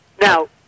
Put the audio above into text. Now